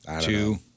two